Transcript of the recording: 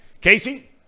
Casey